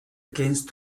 against